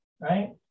right